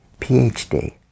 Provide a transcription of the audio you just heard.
phd